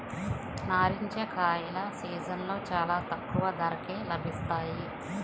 నారింజ కాయల సీజన్లో చాలా తక్కువ ధరకే లభిస్తాయి